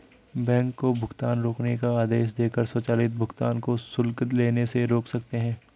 bank को भुगतान रोकने का आदेश देकर स्वचालित भुगतान को शुल्क लेने से रोक सकते हैं